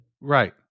Right